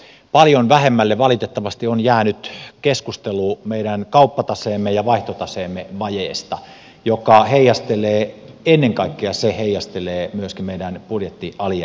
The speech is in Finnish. paljon vähemmälle valitettavasti on jäänyt keskustelu meidän kauppataseemme ja vaihtotaseemme vajeesta joka heijastelee ennen kaikkea se heijastelee myöskin meidän budjettialijäämäämme